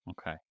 Okay